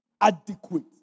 adequate